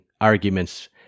arguments